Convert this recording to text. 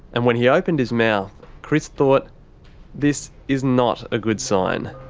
and when he opened his mouth, chris thought this is not a good sign.